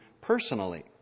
personally